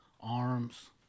arms